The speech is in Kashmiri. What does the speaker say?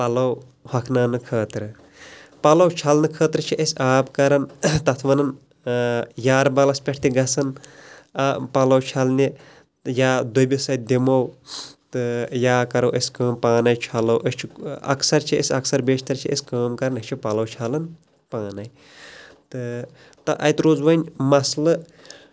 پَلو ہۅکھناونہٕ خٲطرٕ پَلو چھلنہٕ خٲطرٕ چھِ أسۍ آب کَران تَتھ وَنان یارٕبَلَس پیٚٹھ تہِ گَژھان آ پَلَو چَھلنہِ یا دوٚبِس اَتھ دِمو تہٕ یا کَرو أسۍ کٲم پانٕے چَھلو أسۍ چھِ اَکثَر چھِ أسۍ اَکثَر بیشتَر چھِ أسۍ کٲم کَران أسۍ چھِ پَلو چھلان پانٕے تہٕ تہٕ اَتہِ روٗد وۄنی مَسلہٕ